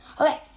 Okay